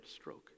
stroke